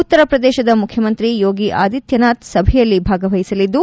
ಉತ್ತರಪ್ರದೇಶದ ಮುಖ್ಯಮಂತ್ರಿ ಯೋಗಿಆದಿತ್ಯನಾಥ್ ಸಭೆಯಲ್ಲಿ ಭಾಗವಹಿಸಲಿದ್ದು